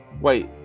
Wait